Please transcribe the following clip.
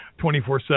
24-7